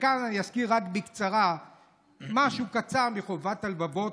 וכאן אני אזכיר רק בקצרה משהו קצר מ"חובת הלבבות",